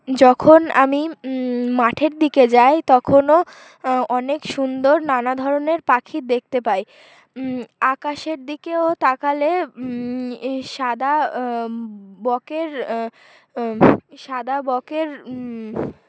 যখন আমি মাঠের দিকে যাই তখনও অনেক সুন্দর নানা ধরনের পাখি দেখতে পাই আকাশের দিকেও তাকালে সাদা বকের সাদা বকের